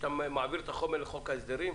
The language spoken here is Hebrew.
כשאתה מעביר את החומר לחוק ההסדרים,